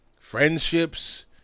friendships